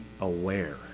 aware